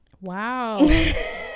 Wow